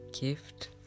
gift